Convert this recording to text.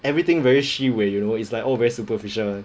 everything very 虚伪 you know it's like all very superficial